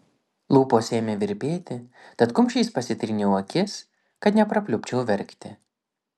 lūpos ėmė virpėti tad kumščiais pasitryniau akis kad neprapliupčiau verkti